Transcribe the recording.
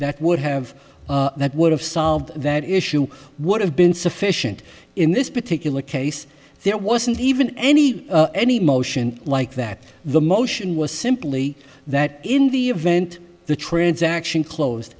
that would have that would have solved that issue would have been sufficient in this particular case there wasn't even any any motion like that the motion was simply that in the event the transaction closed